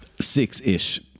six-ish